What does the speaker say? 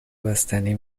بستنی